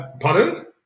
Pardon